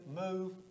move